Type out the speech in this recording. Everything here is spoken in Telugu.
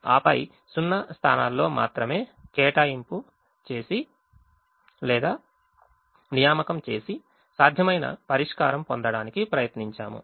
ఆపై 0 స్థానాల్లో మాత్రమే పనులను చేసి సాధ్యమైన పరిష్కారం పొందడానికి ప్రయత్నించాము